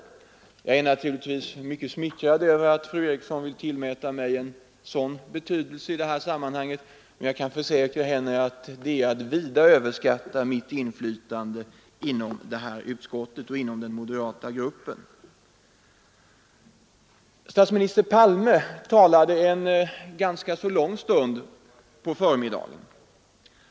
Jag känner mig naturligtvis mycket smickrad över att fru Eriksson vill tillmäta mig en sådan betydelse i detta sammanhang, men jag kan försäkra henne att det är att vida överskatta mitt inflytande inom utskottets moderata grupp. Statsminister Palme talade en ganska lång stund på förmiddagen.